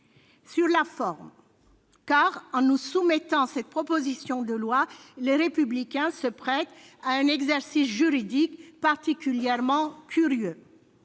Sur la forme, en nous soumettant cette proposition de loi, Les Républicains se prêtent à un exercice juridique particulièrement curieux.